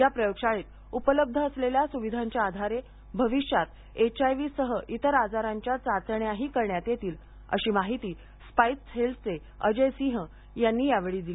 या प्रयोगशाळेत उपलब्ध असलेल्या सुविधांच्या आधारे भविष्यात एच आय व्ही सह इतर आजारांच्या चाचण्याही करता येतील अशी माहिती स्पाईस हेल्थचे अजय सिंह यांनी यावेळी दिली